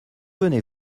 venez